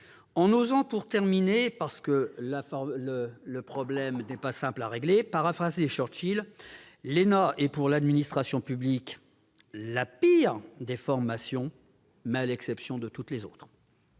en osant, pour conclure, parce que le problème n'est pas simple à régler, paraphraser Churchill : l'ENA est pour l'administration publique la pire des formations, à l'exception de toutes les autres.